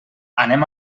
anem